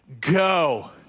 Go